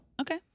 Okay